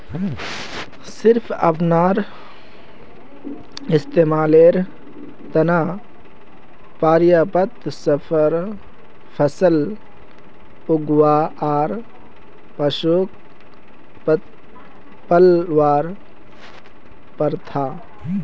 सिर्फ अपनार इस्तमालेर त न पर्याप्त फसल उगव्वा आर पशुक पलवार प्रथा